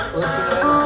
listen